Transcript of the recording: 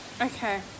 Okay